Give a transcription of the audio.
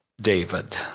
David